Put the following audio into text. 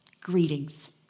greetings